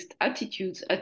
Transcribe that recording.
attitudes